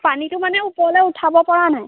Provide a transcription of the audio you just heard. পানীটো মানে ওপৰলৈ উঠাব পৰা নাই